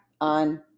on